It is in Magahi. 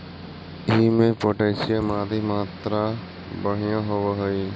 इमें पोटाशियम आदि के मात्रा बढ़िया होवऽ हई